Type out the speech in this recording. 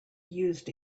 used